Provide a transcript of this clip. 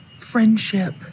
friendship